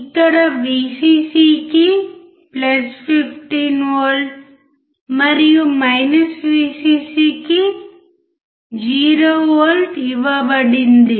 ఇక్కడ Vcc కి 15V మరియు Vcc కి 0V ఇవ్వబడుతుంది